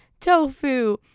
tofu